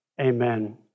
Amen